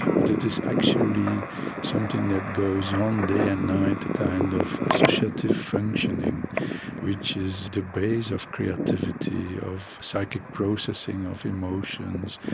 but it is actually something that goes on day and night, a kind of associative functioning which is the base of creativity, of psychic processing, of emotions,